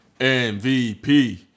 MVP